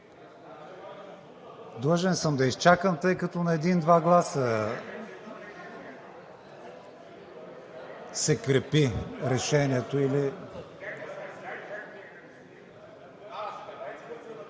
Длъжен съм да изчакам, тъй като на един-два гласа се крепи решението или...